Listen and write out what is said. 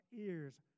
ears